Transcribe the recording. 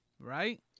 right